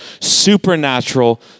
supernatural